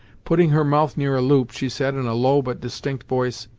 putting her mouth near a loop she said in a low but distinct voice